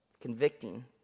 convicting